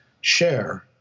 share